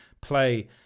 play